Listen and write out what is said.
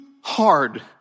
hard